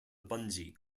bungee